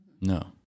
No